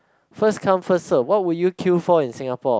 first come first serve what would you queue for in Singapore